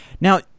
Now